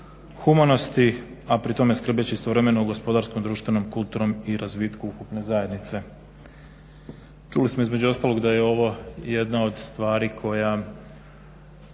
humanosti, a pri tome skrbeći istovremeno o gospodarskom, društvenom, kulturnom i razvitku ukupne zajednice. Čuli smo između ostalog da je ovo jedna od stvari koja